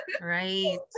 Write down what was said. right